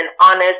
honest